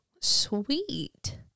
sweet